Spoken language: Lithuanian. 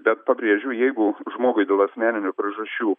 bet pabrėžiu jeigu žmogui dėl asmeninių priežasčių